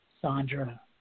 Sandra